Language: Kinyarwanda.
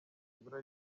ibura